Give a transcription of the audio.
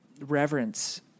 reverence